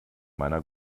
meiner